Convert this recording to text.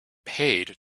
paid